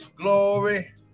glory